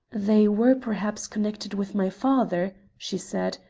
they were, perhaps, connected with my father, she said,